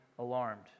alarmed